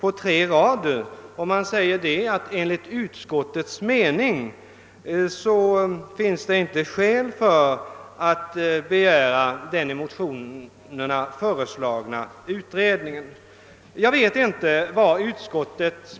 Utskottet uttalar att det enligt dess mening inte finns skäl för att begära den i motionerna föreslagna utredningen. Jag vet inte vad utskottets.